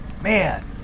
Man